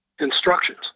instructions